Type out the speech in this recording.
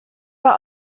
are